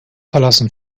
verlassen